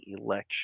election